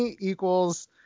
equals